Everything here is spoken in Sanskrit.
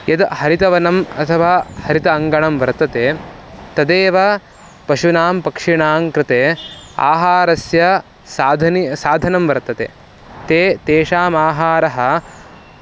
यद् हरितवनम् अथवा हरित अङ्गणं वर्तते तदेव पशूनां पक्षिणाङ्कृते आहारस्य साधनं साधनं वर्तते ते तेषाम् आहारः